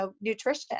nutrition